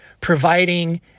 providing